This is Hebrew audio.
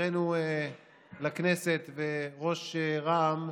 חברנו לכנסת וראש רע"מ,